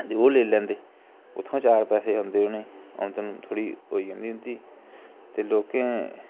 दे ओह् लेई लैंदे उत्थुआं चार पैसे ओंदे उ'नेंगी आमदन थोह्ड़ी होई जंदी उंदी ते लोकें